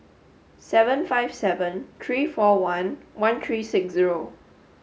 seven five seven three four one one three six zero